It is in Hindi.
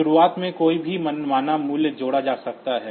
शुरुआत में कोई भी मनमाना मूल्य जोड़ा जा सकता है